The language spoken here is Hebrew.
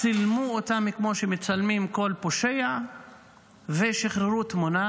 צילמו אותם כמו שמצלמים כל פושע ושחררו תמונה,